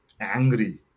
angry